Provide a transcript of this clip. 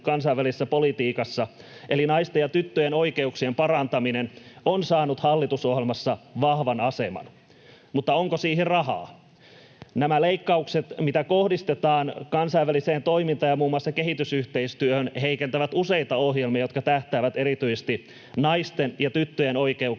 kansainvälisessä politiikassa, eli naisten ja tyttöjen oikeuksien parantaminen, on saanut hallitusohjelmassa vahvan aseman — mutta onko siihen rahaa? Nämä leikkaukset, mitä kohdistetaan kansainväliseen toimintaan ja muun muassa kehitysyhteistyöhön, heikentävät useita ohjelmia, jotka tähtäävät erityisesti naisten ja tyttöjen oikeuksien